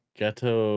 ghetto